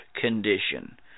condition